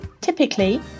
Typically